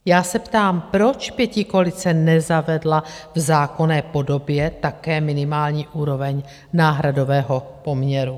Já se ptám, proč pětikoalice nezavedla v zákonné podobě také minimální úroveň náhradového poměru?